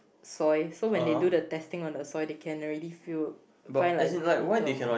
soil so when they do the testing on the soil they can already feel find like little amount